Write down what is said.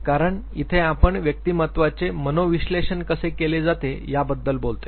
कारण इथे आपण व्यक्तिमत्वाचे मनोविश्लेषण कसे केले जाते याबद्दल बोलतोय